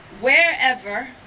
wherever